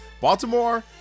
Baltimore